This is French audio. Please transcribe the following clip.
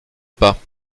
pas